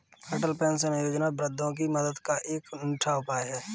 अटल pension Yojana वृद्धों की मदद का एक अनूठा उपाय है